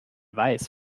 weiß